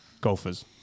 golfers